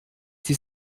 die